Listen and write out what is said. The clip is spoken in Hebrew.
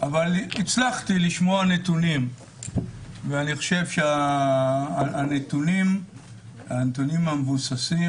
אבל הצלחתי לשמוע נתונים ואני חושב שהנתונים המבוססים